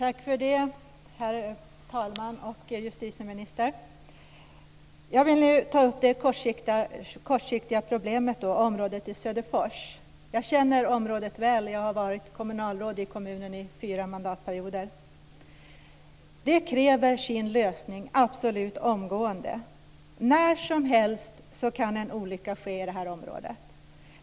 Herr talman! Tack justitieministern. Jag vill ta upp det kortsiktiga problemet, nämligen området i Söderfors. Jag känner området väl. Jag har varit kommunalråd i kommunen i fyra mandatperioder. Området kräver sin lösning omgående. När som helst kan en olycka ske i området.